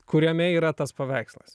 kuriame yra tas paveikslas